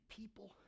people